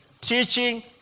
teaching